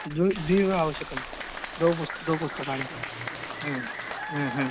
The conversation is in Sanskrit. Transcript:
द्वे द्वे आवश्यकं द्वे पुस्तके द्वे पुस्तके